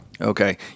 Okay